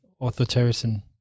authoritarian